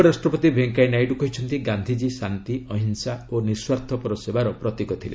ଉପରାଷ୍ଟ୍ରପତି ଭେଙ୍କିୟା ନାଇଡ଼ୁ କହିଛନ୍ତି ଗାନ୍ଧିଜୀ ଶାନ୍ତି ଅହିଂସା ଓ ନିଃସ୍ୱାର୍ଥପର ସେବାର ପ୍ରତୀକ ଥିଲେ